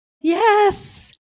Yes